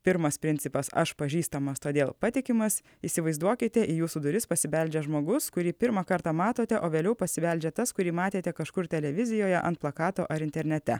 pirmas principas aš pažįstamas todėl patikimas įsivaizduokite į jūsų duris pasibeldžia žmogus kurį pirmą kartą matote o vėliau pasibeldžia tas kurį matėte kažkur televizijoje ant plakato ar internete